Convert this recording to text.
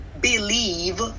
believe